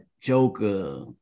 Joker